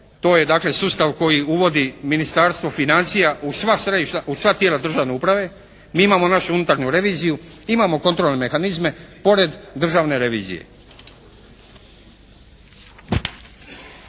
dakle sustav koji uvodi Ministarstvo financija u sva središta, u sva tijela državne uprave. Mi imamo našu unutarnju reviziju. Imamo kontrolne mehanizme pored državne revizije.